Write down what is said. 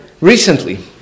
recently